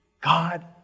God